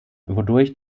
wodurch